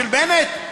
של בנט?